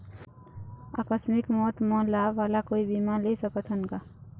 आकस मिक मौत म लाभ वाला कोई बीमा ले सकथन का?